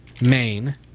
main